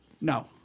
No